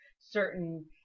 certain